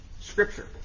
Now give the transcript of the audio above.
scripture